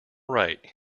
right